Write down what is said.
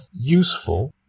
useful